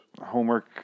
homework